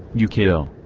you kill.